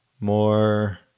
more